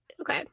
Okay